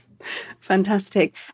Fantastic